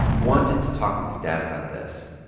wanted to talk with his dad about this.